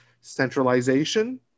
centralization